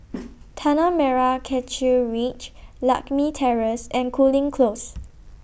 Tanah Merah Kechil Ridge Lakme Terrace and Cooling Close